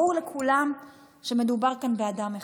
ברור לכולם שמדובר כאן באדם אחד.